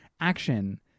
action